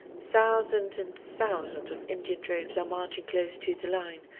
thousands and thousands of indian troops are marching close to the line,